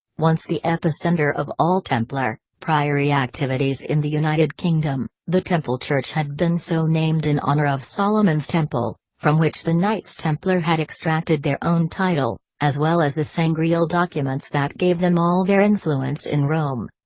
once the epicenter of all templar priory activities in the united kingdom, the temple church had been so named in honor of solomon's temple, from which the knights templar had extracted their own title, as well as the sangreal documents that gave them all their influence in rome.